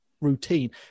routine